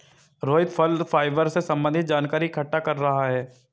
रोहित फल फाइबर से संबन्धित जानकारी इकट्ठा कर रहा है